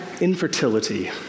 infertility